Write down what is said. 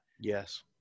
Yes